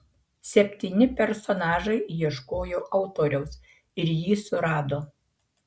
septyni personažai ieškojo autoriaus ir jį surado